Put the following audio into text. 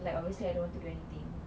I always say I don't want to do anything